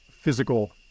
physical